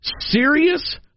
serious